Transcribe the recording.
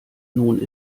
nun